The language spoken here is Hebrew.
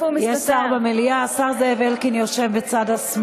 יש, איפה הוא מסתתר?